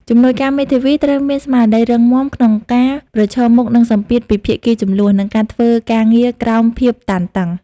ជំនួយការមេធាវីត្រូវមានស្មារតីរឹងមាំក្នុងការប្រឈមមុខនឹងសម្ពាធពីភាគីជម្លោះ និងការធ្វើការងារក្រោមភាពតានតឹង។